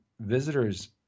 visitors